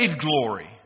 glory